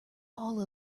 all